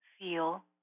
feel